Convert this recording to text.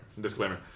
disclaimer